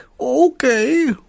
Okay